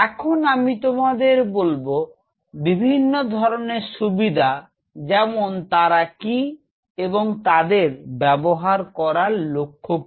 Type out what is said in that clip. এখন আমি তোমাদের বলব বিভিন্ন ধরনের সুবিধা যেমন তারা কি এবং তাদের ব্যবহার করার লক্ষ্য কি